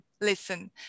listen